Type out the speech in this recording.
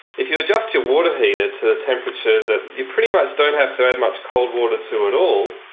if you adjust your water heater to a temperature that you pretty much don't have to add much cold water to at all,